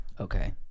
Okay